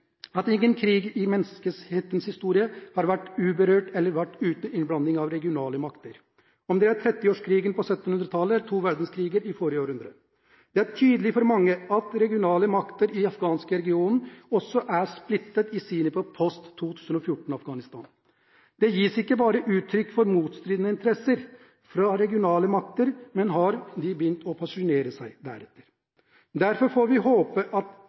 at ingen krig i menneskehetens historie har vært uberørt eller uten innblanding av regionale makter – om det er trettiårskrigen på 1600-tallet eller to verdenskriger i det forrige århundre. Det er tydelig for mange at regionale makter i den afghanske regionen også er splittet i synet på post-2014-Afghansistan. Det gis ikke bare uttrykk for motstridende interesser fra regionale makter, men de har begynt å posisjonere seg. Derfor får vi håpe at